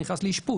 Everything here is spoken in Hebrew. הוא נכנס לאשפוז.